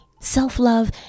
Self-love